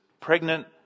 pregnant